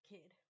Kid